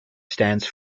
stands